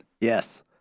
Yes